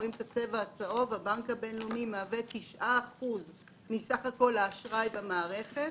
הבנק הבינלאומי מהווה 9% מסך כל האשראי במערכת.